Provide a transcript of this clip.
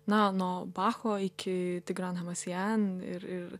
na nuo bacho iki tigran namasijan ir ir